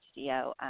HDO